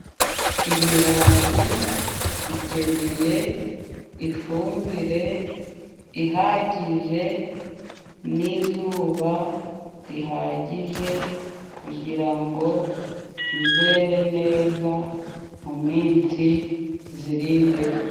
Ibirayi bikeneye ifumbire ihagije n'izuba rihagije ,kugira ngo bizere neza mu minsi ziri imbere.